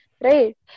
right